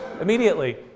Immediately